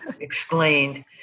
explained